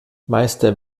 meister